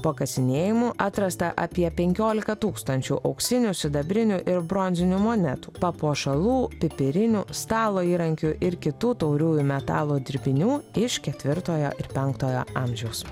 po kasinėjimų atrasta apie penkiolika tūkstančių auksinių sidabrinių ir bronzinių monetų papuošalų pipirinių stalo įrankių ir kitų tauriųjų metalo dirbinių iš ketvirtojo ir penktojo amžiaus